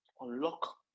Unlock